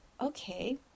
okay